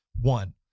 One